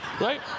right